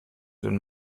den